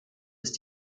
ist